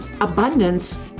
abundance